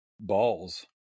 balls